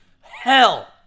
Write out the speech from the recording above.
hell